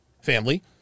family